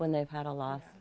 when they've had a lo